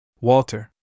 Walter